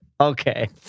Okay